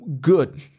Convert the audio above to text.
Good